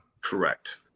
Correct